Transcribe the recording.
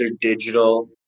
digital